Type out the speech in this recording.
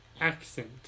accent